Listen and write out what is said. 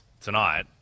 tonight